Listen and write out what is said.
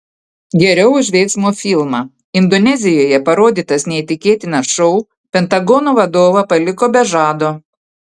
geriau už veiksmo filmą indonezijoje parodytas neįtikėtinas šou pentagono vadovą paliko be žado